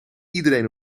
iedereen